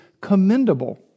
commendable